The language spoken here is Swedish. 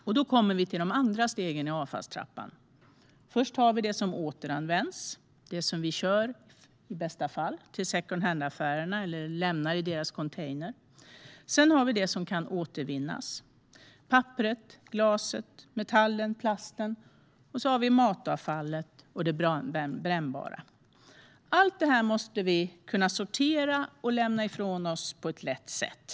Och då kommer vi till de andra stegen i avfallstrappan. Först har vi det som återanvänds, det som vi i bästa fall kör till secondhandaffärerna eller lämnar i deras containrar. Sedan har vi det som kan återvinnas: papperet, glaset, metallen och plasten. Och så har vi matavfallet och det brännbara. Allt detta måste vi kunna sortera och lämna ifrån oss på ett lätt sätt.